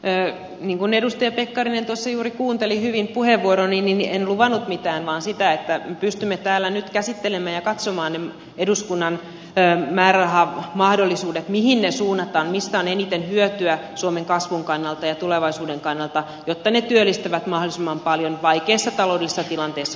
niin kuin edustaja pekkarinen tuossa juuri kuunteli hyvin puheenvuoroni niin en luvannut mitään vaan totesin että pystymme täällä nyt käsittelemään ja katsomaan ne eduskunnan määrärahamahdollisuudet mihin ne suunnataan mistä on eniten hyötyä suomen kasvun ja tulevaisuuden kannalta jotta ne työllistävät mahdollisimman paljon vaikeassa taloudellisessa tilanteessa myös ensi vuonna